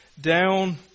down